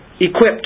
equipped